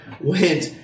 went